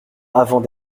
avant